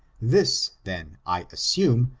this, then, i assume,